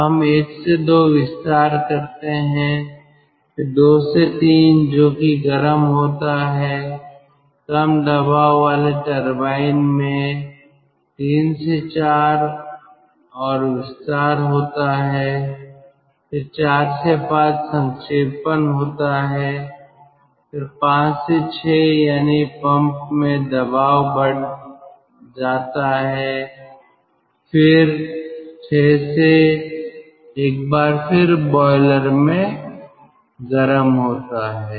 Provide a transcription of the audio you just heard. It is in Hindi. तो हम 1 से 2 विस्तार करते हैं फिर 2 से 3 जो कि गर्म होता है कम दबाव वाले टरबाइन में 3 से 4 विस्तार होता है फिर 4 से 5 संक्षेपण होता है फिर 5 से 6 यानी पंप में दबाव बढ़ जाता है फिर 6 से एक बार फिर बॉयलर में गर्म होता है